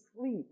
sleep